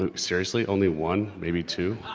ah seriously? only one? maybe two?